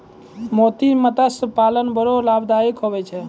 मोती मतस्य पालन बड़ो लाभकारी हुवै छै